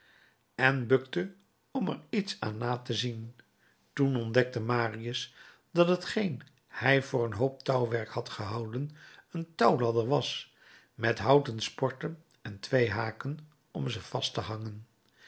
en bukte als om er iets aan na te zien toen ontdekte marius dat hetgeen hij voor een hoop touwwerk had gehouden een touwladder was met houten sporten en twee haken om ze vast te hangen